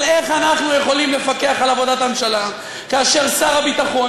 אבל איך אנחנו יכולים לפקח על עבודת הממשלה כאשר שר הביטחון